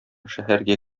шәһәргә